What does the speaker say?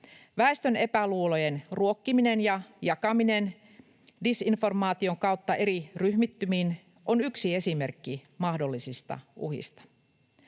Väestön epäluulojen ruokkiminen ja jakaminen disinformaation kautta eri ryhmittymiin on yksi esimerkki mahdollisista uhista.